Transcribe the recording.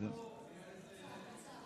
תגובה קצרה.